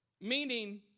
Meaning